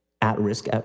at-risk